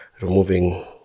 removing